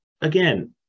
again